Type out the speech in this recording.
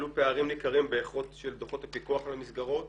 עלו פערים ניכרים באיכות של דוחות הפיקוח על המסגרות